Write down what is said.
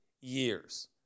years